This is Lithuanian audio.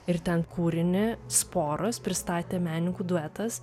ir ten kūrinį sporos pristatė menininkų duetas